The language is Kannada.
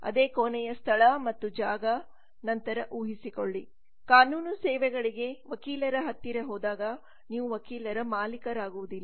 ಅದೇ ಕೋಣೆಯ ಸ್ಥಳ ಮತ್ತು ಜಾಗ ನಂತರ ಊಹಿಸಿಕೊಳ್ಳಿ ಕಾನೂನು ಸೇವೆಗಳಿಗೆ ವಕೀಲರ ಹತ್ತಿರ ಹೋದಾಗನೀವು ವಕೀಲರ ಮಾಲೀಕರಾಗುವುದಿಲ್ಲ